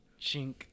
Chink